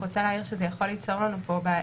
אני רוצה להעיר שזה יכול ליצור לנו כאן בעיה.